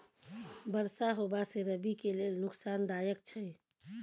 बरसा होबा से रबी के लेल नुकसानदायक छैय?